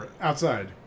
outside